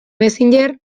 messenger